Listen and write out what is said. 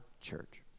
church